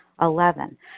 Eleven